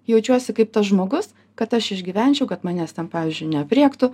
jaučiuosi kaip tas žmogus kad aš išgyvenčiau kad manęs ten pavyzdžiui neaprėktų